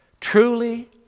Truly